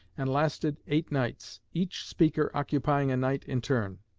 and lasted eight nights, each speaker occupying a night in turn.